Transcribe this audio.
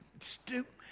stupid